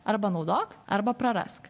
arba naudok arba prarask